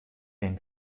den